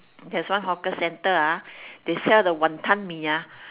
there's one hawker center ah they sell the wanton-mee ah